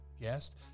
Guest